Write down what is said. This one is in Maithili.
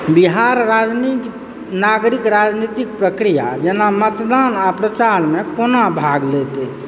बिहार रजनीक नागरिक राजनीतिक प्रक्रिया जेना मतदान आ प्रचारमे कोना भाग लैत अछि